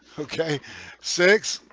okay six